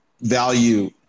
value